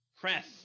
press